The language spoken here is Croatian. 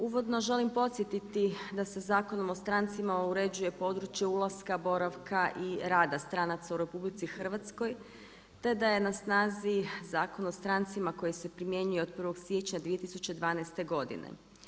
Uvodno želim podsjetiti da se Zakonom o strancima uređuje područje ulaska, boravka i rada stranaca u RH te da je na snazi Zakon o strancima koji se primjenjuje od 1. siječnja 2012. godine.